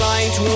Light